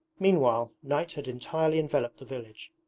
meanwhile night had entirely enveloped the village.